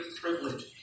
privilege